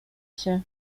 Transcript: się